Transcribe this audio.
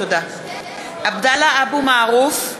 עבדאללה אבו מערוף,